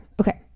Okay